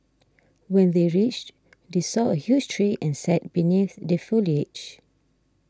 when they reached they saw a huge tree and sat beneath the foliage